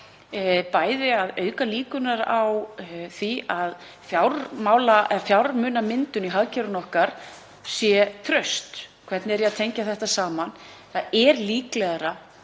það að auka líkurnar á því að fjármunamyndun í hagkerfinu okkar sé traust, hvernig eigi að tengja þetta saman. Það er líklegra